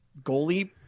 goalie